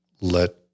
let